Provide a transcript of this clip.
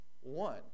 One